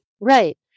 Right